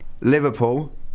Liverpool